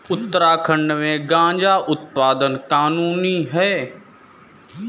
उत्तराखंड में गांजा उत्पादन कानूनी है